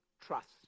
trust